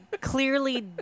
clearly